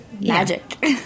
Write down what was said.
Magic